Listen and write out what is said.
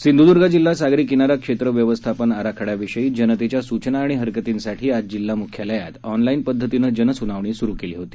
सिंधूदर्ग जिल्हा सागरी किनारा क्षेत्र व्यवस्थापन आराखड्याविषयी जनतेच्या सूचना आणि हरकतींसाठी आज जिल्हा म्ख्यालयात ऑनलाईन पद्धतीनं जनसुनावणी सुरू केली होती